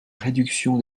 réduction